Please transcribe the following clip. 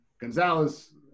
Gonzalez